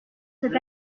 cette